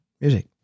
music